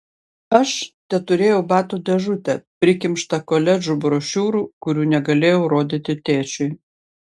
aš teturėjau batų dėžutę prikimštą koledžų brošiūrų kurių negalėjau rodyti tėčiui